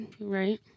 right